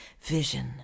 Vision